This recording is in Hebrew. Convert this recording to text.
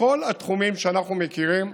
בכל התחומים שאנחנו מכירים,